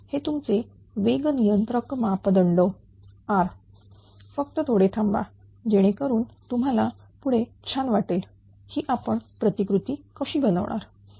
हे तुमचे वेग नियंत्रक मापदंड R फक्त थोडे थांबा जेणेकरून तुम्हाला पुढे छान वाटेल ही आपण प्रतिकृती कशी बनवणार